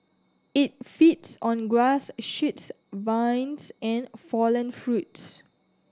it feeds on grass shoots vines and fallen fruits